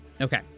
Okay